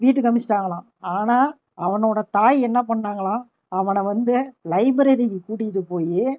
வீட்டுக்கு அனுப்பிச்சி விட்டாங்கலாம் ஆனால் அவனோட தாய் என்ன பண்ணாங்கலாம் அவனை வந்து லைப்ரரி கூட்டிக்கிட்டுப் போய்